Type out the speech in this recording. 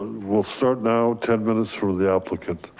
we'll start now, ten minutes for the applicant.